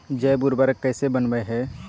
जैव उर्वरक कैसे वनवय हैय?